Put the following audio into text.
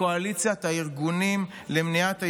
לקואליציית הארגונים למניעת העישון,